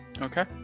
Okay